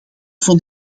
vond